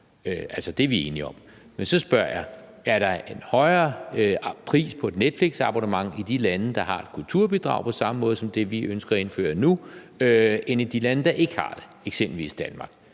Det er vi enige om. Men så spørger jeg, om der er en højere pris på et Netflixabonnement i de lande, der har et kulturbidrag på samme måde som det, vi ønsker at indføre nu, end i de lande, der ikke har det, eksempelvis Danmark.